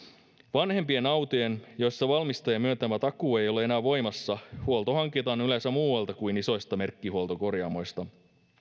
vanhempien autojen joissa valmistajan myöntämä takuu ei ole enää voimassa huolto hankitaan yleensä muualta kuin isoista merkkihuoltokorjaamoista